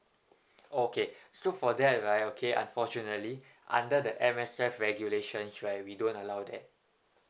okay so for that right okay unfortunately under the M_S_F regulations right we don't allow that